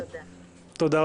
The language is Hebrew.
תודה.